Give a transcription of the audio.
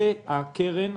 זאת הקרן.